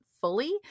fully